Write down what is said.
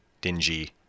dingy